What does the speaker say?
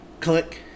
click